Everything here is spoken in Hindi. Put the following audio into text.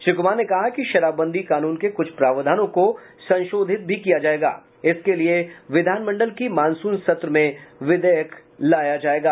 श्री कुमार ने कहा कि शराबबंदी कानून के कुछ प्रावधानों को संशोधित भी किया जायेगा इसके लिए विधानमंडल के मानसून सत्र में विधेयक लाया जायेगा